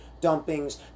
dumpings